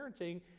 parenting